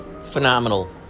phenomenal